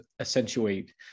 accentuate